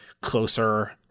closer